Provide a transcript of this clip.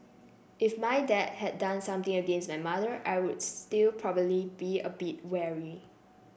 if my dad had done something against my mother I will still probably be a bit wary